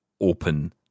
open